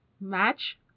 match